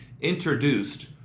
introduced